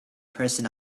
person